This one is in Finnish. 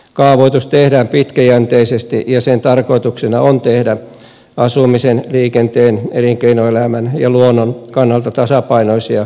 kaavoitus tehdään pitkäjänteisesti ja sen tarkoituksena on tehdä asumisen liikenteen elinkeinoelämän ja luonnon kannalta tasapainoisia maankäyttösuunnitelmia